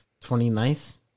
29th